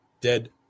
dead